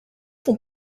font